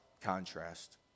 contrast